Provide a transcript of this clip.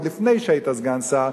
עוד לפני שהיית סגן שר,